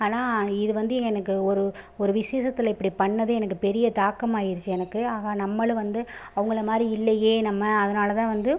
ஆனால் இது வந்து எனக்கு ஒரு ஒரு விஷேசத்தில் இப்படி பண்ணது எனக்கு பெரிய தாக்கமாயிருச்சி எனக்கு ஆஹா நம்மளும் வந்து அவங்களை மாதிரி இல்லையே நம்ம அதனால் தான் வந்து